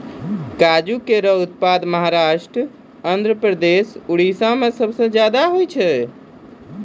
काजू केरो उत्पादन महाराष्ट्र, आंध्रप्रदेश, उड़ीसा में सबसे जादा होय छै